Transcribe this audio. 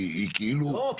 והיא כאילו --- לא,